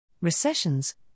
Recessions